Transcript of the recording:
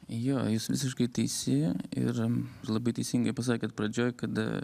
jo jūs visiškai teisi ir ir labai teisingai pasakėt pradžioj kad